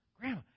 Grandma